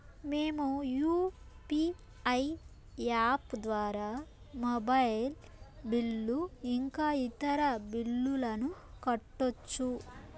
మేము UPI app ద్వారా mobile bill ఇంకా ఇతర బిల్లులను కట్టొచ్చు